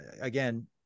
again